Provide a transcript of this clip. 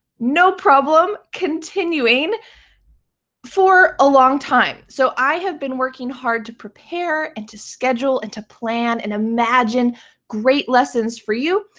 no problem, continuing for a long time. so i have been working working hard to prepare and to schedule and to plan and imagine great lessons for you,